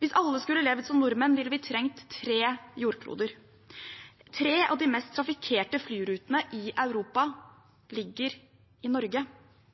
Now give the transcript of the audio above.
Hvis alle skulle levd som nordmenn, ville vi trengt tre jordkloder. Tre av de mest trafikkerte flyrutene i